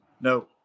No